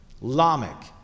Lamech